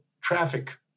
traffic